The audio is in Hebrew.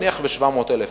נניח ב-700,000,